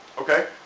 Okay